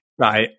Right